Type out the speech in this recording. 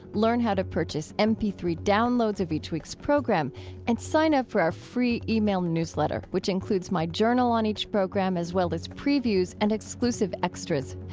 learn how to purchase m p three downloads of each week's program and sign up for our free yeah e-mail newsletter which includes my journal on each program as well as previews and exclusive extras.